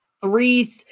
Three